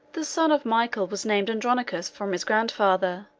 the son of michael was named andronicus from his grandfather,